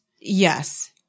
yes